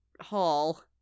hall